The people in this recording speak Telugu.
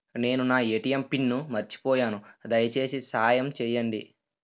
నేను నా ఎ.టి.ఎం పిన్ను మర్చిపోయాను, దయచేసి సహాయం చేయండి